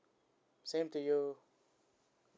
same to you